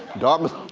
dartmouth.